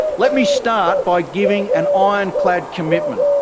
let me start by giving an ah ironclad commitment.